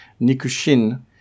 nikushin